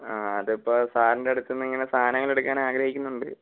ആ അതിപ്പം സാറിൻ്റടുത്തുന്നിങ്ങനെ സാധനങ്ങളെടുക്കാൻ ആഗ്രഹിക്കുന്നുണ്ട്